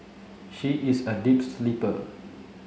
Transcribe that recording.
she is a deep sleeper